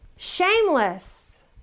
shameless